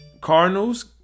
Cardinals